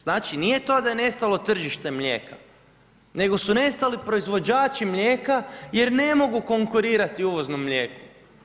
Znači nije to da je nestalo tržište mlijeka, nego su nestali proizvođači mlijeka, jer ne mogu konkurirati uvozno mlijeko.